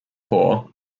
paw